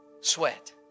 sweat